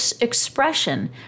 expression